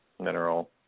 mineral